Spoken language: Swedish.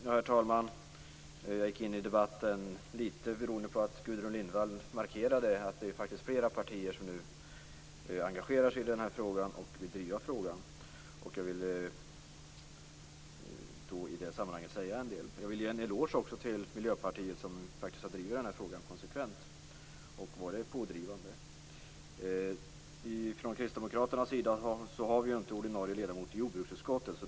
Herr talman! Jag går in i debatten litet beroende på att Gudrun Lindvall markerade att det faktiskt är flera partier som nu engagerar sig i den här frågan och vill driva den. Jag vill i det sammanhanget säga en del. Jag vill också ge en eloge till Miljöpartiet som har drivit den här frågan konsekvent och varit pådrivande. Från Kristdemokraternas sida har vi inte ordinarie ledamot i jordbruksutskottet.